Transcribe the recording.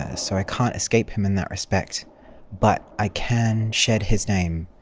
ah so i can't escape him in that respect but i can shed his name,